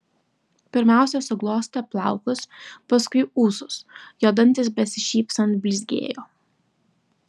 pirmiausia suglostė plaukus paskui ūsus jo dantys besišypsant blizgėjo